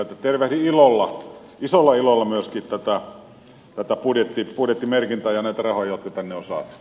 tervehdin ilolla isolla ilolla tätä budjettimerkintää ja näitä rahoja jotka tänne on saatu